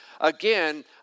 again